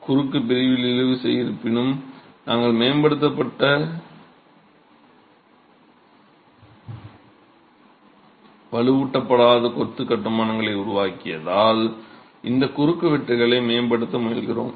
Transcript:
குறுக்கு பிரிவில் இழுவிசை இருப்பினும் நாங்கள் மேம்படுத்த வலுவூட்டப்படாத கொத்து கட்டுமானங்களை உருவாக்கியதால் இந்த குறுக்குவெட்டுகளை மேம்படுத்த முயல்கிறோம்